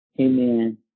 Amen